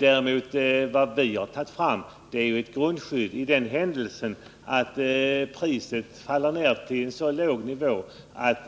Därutöver vill vi ha ett grundskydd för den händelse priset sjunker till en så låg nivå att